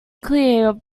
clear